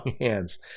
hands